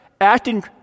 acting